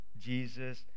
Jesus